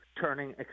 turning